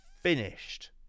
finished